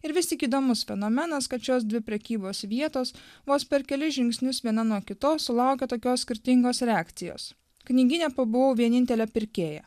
ir vis tik įdomus fenomenas kad šios dvi prekybos vietos vos per kelis žingsnius viena nuo kitos sulaukia tokios skirtingos reakcijos knygyne pabuvau vienintelė pirkėja